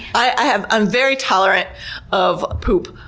i'm i'm very tolerant of poop,